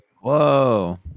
Whoa